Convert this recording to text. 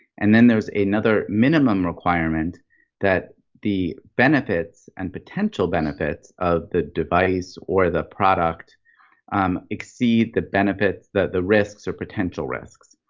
and then there's another minimum requirement that the benefits and potential benefits of the device or the product exceed the benefits that the risks are potential risks.